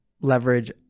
leverage